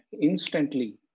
instantly